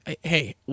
Hey